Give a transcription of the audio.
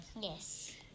Yes